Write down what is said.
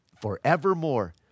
forevermore